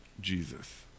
Jesus